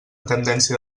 tendència